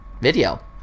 video